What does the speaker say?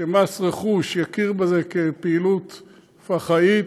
שמס רכוש יכיר בזה כפעילות פח"עית,